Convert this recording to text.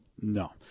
No